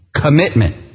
Commitment